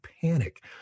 panic